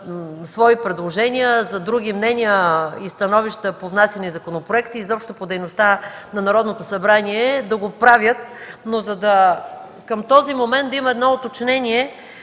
свои предложения, за други мнения и становища по внасяни законопроекти, изобщо по дейността на Народното събрание, да го правят, но към този момент да има уточнение,